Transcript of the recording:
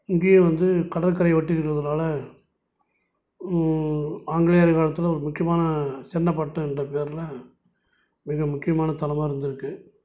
இங்கேயும் வந்து கடற்கரையை ஒட்டி இருக்கிறதுனால ஆங்கிலேயர் காலத்தில் ஒரு முக்கியமான சென்னை பட்டினம்ன்ற பெயருல மிக முக்கியமான தளமாக இருந்துருக்குது